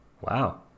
wow